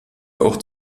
auch